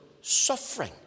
suffering